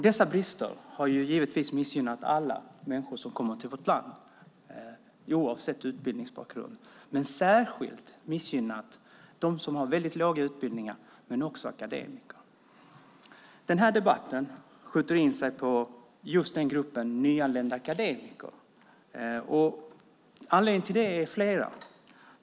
Dessa brister har givetvis missgynnat alla människor som kommer till vårt land oavsett utbildningsbakgrund. De har särskilt missgynnat dem som har väldigt låga utbildningar men också akademiker. Den här debatten skjuter in sig just på gruppen nyanlända akademiker. Anledningarna till det är flera.